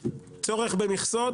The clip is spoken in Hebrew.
צורך במכסות,